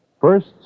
First